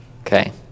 Okay